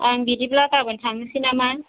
आं बिदिब्ला गाबोन थांनोसै नामा